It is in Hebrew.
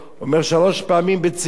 הוא אומר: שלוש פעמים ביצים.